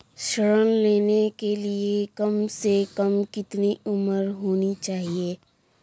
ऋण लेने के लिए कम से कम कितनी उम्र होनी चाहिए?